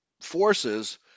forces